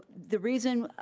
the reason,